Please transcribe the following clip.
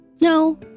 No